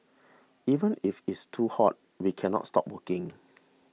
even if is too hot we cannot stop working